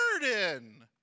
burden